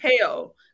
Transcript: hell